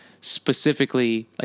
specifically